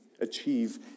achieve